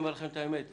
ואומר לכם את האמת,